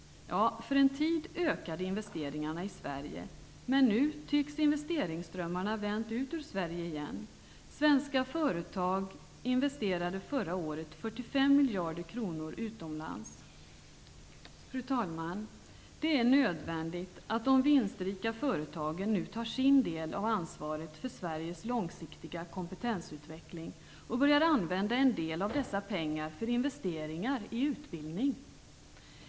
För en tid ökade investeringarna i Sverige. Men nu tycks investeringsströmmarna ha vänt ut ur Sverige igen. Svenska företag investerade förra året 45 miljarder kronor utomlands. Fru talman! Det är nödvändigt att de vinstrika företagen nu tar sin del av ansvaret för Sveriges långsiktiga kompetensutveckling och börjar använda en del av dessa pengar för investeringar i utbildning.